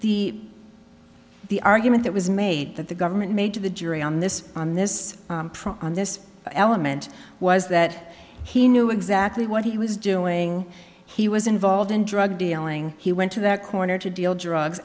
the the argument that was made that the government made to the jury on this on this on this element was that he knew exactly what he was doing he was involved in drug dealing he went to the corner to deal drugs